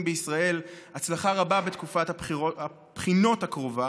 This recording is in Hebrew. בישראל הצלחה רבה בתקופת הבחינות הקרובה,